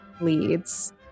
Leads